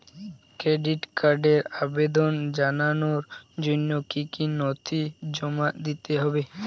Credit কার্ডের আবেদন জানানোর জন্য কী কী নথি জমা দিতে হবে?